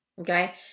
okay